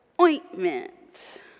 ointment